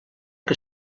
que